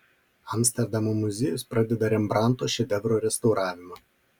amsterdamo muziejus pradeda rembrandto šedevro restauravimą